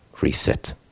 reset